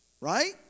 Right